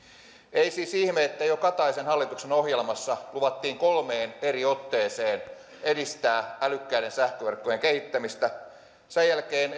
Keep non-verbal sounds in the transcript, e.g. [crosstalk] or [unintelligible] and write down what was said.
ei siis ihme että jo kataisen hallituksen ohjelmassa luvattiin kolmeen eri otteeseen edistää älykkäiden sähköverkkojen kehittämistä sen jälkeen [unintelligible]